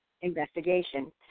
investigation